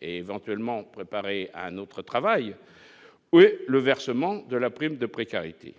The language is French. éventuellement, préparer un autre travail oui le versement de la prime de précarité,